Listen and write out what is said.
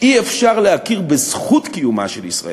אי-אפשר להכיר בזכות קיומה של ישראל,